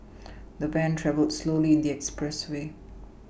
the van travelled slowly in the expressway